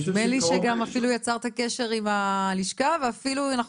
נדמה לי שגם אפילו יצרת קשר עם הלשכה ואפילו אנחנו